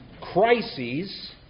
crises